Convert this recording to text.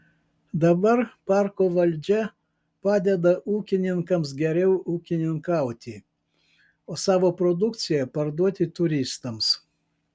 dabar parko valdžia padeda ūkininkams geriau ūkininkauti o savo produkciją parduoti turistams